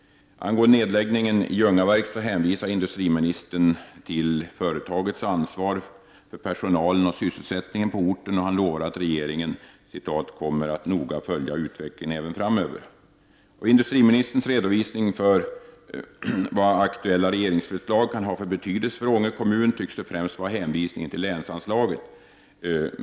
Angående nedläggningen i Ljungaverk hänvisar industriministern till företagets ansvar för personalen och sysselsättningen på orten. Han lovar att regeringen ”kommer att noga följa utvecklingen även framöver”. Industriministerns redovisning över vad aktuella regeringsförslag kan ha för betydelse för Ånge kommun tycks främst vara en hänvisning till länsanslagen.